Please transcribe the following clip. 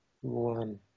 One